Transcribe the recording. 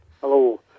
Hello